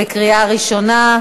בקריאה ראשונה.